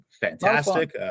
fantastic